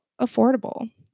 affordable